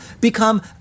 become